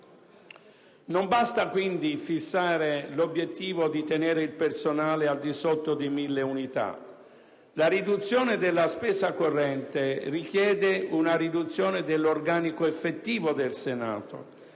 Non basta quindi fissare l'obiettivo di tenere il personale al di sotto di 1.000 unità; la riduzione della spesa corrente richiede una riduzione dell'organico effettivo del Senato